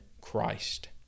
Christ